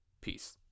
Peace